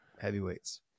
heavyweights